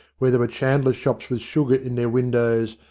where there were chandlers' shops with sugar in their windows,